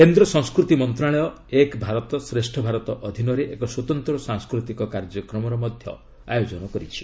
କେନ୍ଦ୍ର ସଂସ୍କୃତି ମନ୍ତ୍ରଣାଳୟ 'ଏକ୍ ଭାରତ ଶ୍ରେଷ୍ଠ ଭାରତ' ଅଧୀନରେ ଏକ ସ୍ୱତନ୍ତ୍ର ସାଂସ୍କୃତିକ କାର୍ଯ୍ୟକ୍ରମର ଆୟୋଜନ କରିଛି